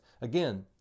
Again